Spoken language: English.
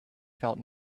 felt